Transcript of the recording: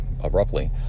abruptly